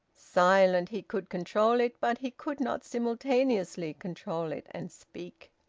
silent, he could control it, but he could not simultaneously control it and speak.